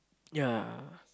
ya